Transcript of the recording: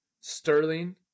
Sterling